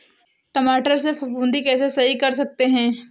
टमाटर से फफूंदी कैसे सही कर सकते हैं?